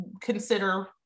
consider